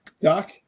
Doc